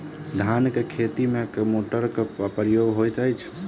धान केँ खेती मे केँ मोटरक प्रयोग होइत अछि?